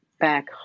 back